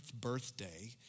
birthday